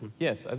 yes.